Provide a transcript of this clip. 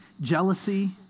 jealousy